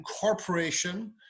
corporation